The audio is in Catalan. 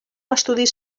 estudis